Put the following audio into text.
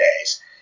days